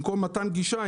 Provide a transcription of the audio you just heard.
במקום "מתן גישה",